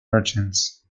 merchants